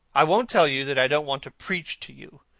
i won't tell you that i don't want to preach to you.